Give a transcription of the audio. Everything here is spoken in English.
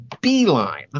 beeline